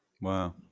Wow